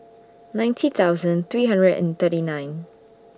ninety thousand three hundred and thirty nine